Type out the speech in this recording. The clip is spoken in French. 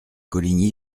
coligny